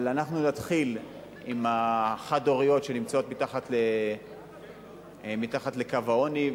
אנחנו נתחיל עם החד-הוריות שנמצאות מתחת לקו העוני,